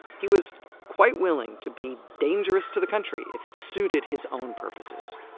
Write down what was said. he was quite willing to be dangerous to the country if it suited his own purposes